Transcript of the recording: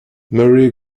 marie